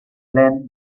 lehen